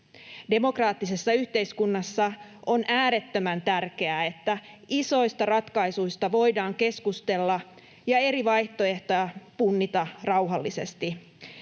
Demokraattisessa yhteiskunnassa on äärettömän tärkeää, että isoista ratkaisuista voidaan keskustella ja eri vaihtoehtoja punnita rauhallisesti.